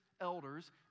elders